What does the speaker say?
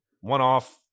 one-off